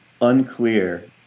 unclear